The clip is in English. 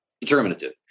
determinative